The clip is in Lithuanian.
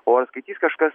o skaitys kažkas